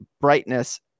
brightness